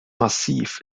massiv